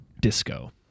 disco